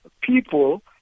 people